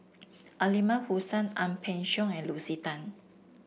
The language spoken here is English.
Aliman Hassan Ang Peng Siong and Lucy Tan